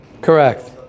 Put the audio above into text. Correct